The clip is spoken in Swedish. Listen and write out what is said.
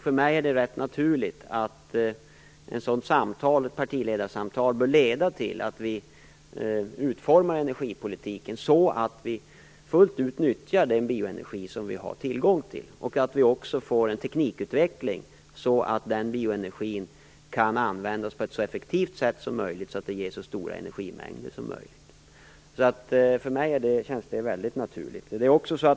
För mig är det rätt naturligt att ett sådant här partiledarsamtal bör leda till att energipolitiken utformas så att vi utnyttjar den bioenergi vi har tillgång till fullt ut och också att vi får en teknikutveckling som gör att den bioenergin kan användas på ett så effektivt sätt som möjligt och ge så stora energimängder som möjligt. För mig känns det väldigt naturligt.